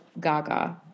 gaga